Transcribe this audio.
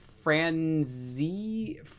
franzi